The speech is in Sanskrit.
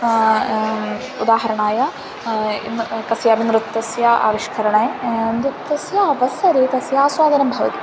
उदाहरणाय कस्यापि नृत्तस्य आविष्करणे नृत्तस्य अवसरे तस्य आस्वादनं भवति